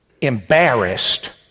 embarrassed